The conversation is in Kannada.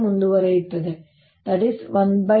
ಇದು l𝜏